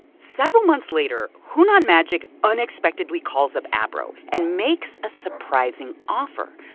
several months later, hunan magic unexpectedly calls up abro and makes a surprising offer.